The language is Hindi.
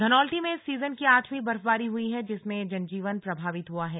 धनौल्टी में इस सीजन की आठवीं बर्फबारी हुई है जिससे जनजीवन प्रभावित हुआ है